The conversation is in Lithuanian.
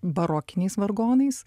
barokiniais vargonais